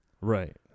Right